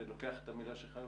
ולוקח את המילה שלך,